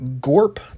Gorp